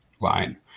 line